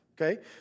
Okay